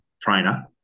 trainer